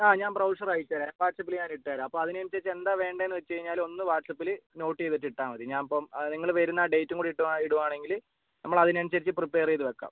ആ ഞാൻ ബ്രോഷർ അയച്ചുതരാം വാട്ട്സ്ആപ്പിൽ ഞാൻ ഇട്ടുതരാം അപ്പോൾ അതിനനുസരിച്ച് എന്താണ് വേണ്ടതെന്ന് വെച്ച് കഴിഞ്ഞാൽ ഒന്ന് വാട്ട്സ്ആപ്പിൽ നോട്ട് ചെയ്തിട്ട് ഇട്ടാൽ മതി ഞാൻ അപ്പം ആ നിങ്ങൾ വരുന്ന ആ ഡേറ്റ് കൂടി ഇട്ടു ഇടുവാണെങ്കിൽ നമ്മൾ അതിനനുസരിച്ച് പ്രിപ്പേർ ചെയ്ത് വയ്ക്കാം